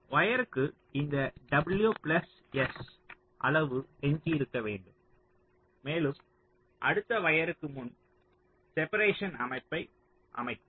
வயர்க்கு இந்த w plus s அளவு எஞ்சியிருக்க வேண்டும் மேலும் அடுத்த வயர்க்கு முன் செப்பரேஷன் அமைப்பை அமைக்கும்